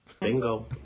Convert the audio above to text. Bingo